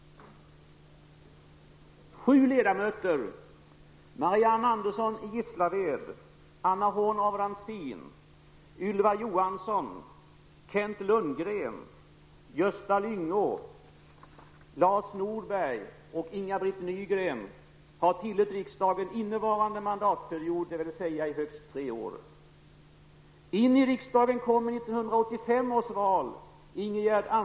har tillhört riksdagen innevarande mandatperiod, dvs. i högst tre år.